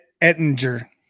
Ettinger